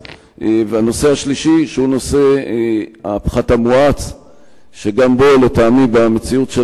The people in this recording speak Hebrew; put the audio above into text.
הנושא הראשון הוא ההתרה בניכוי של תשלומי חלף פיצויי